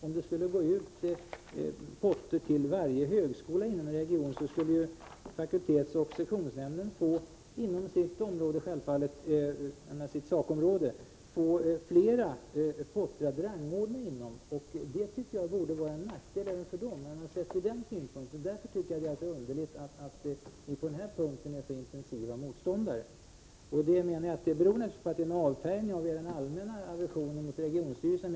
Om det skulle gå ut potter till varje högskola inom en region, skulle fakultetsoch sektionsnämnderna få inom sitt sakområde flera potter att rangordna inom. Det tycker jag vore en nackdel för dem. Därför tycker jag att det är underligt att ni på denna punkt är så intensiva motståndare till förslaget. Det beror närmast på låt mig säga en avfärgning av er allmänna aversion mot regionstyrelserna.